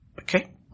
Okay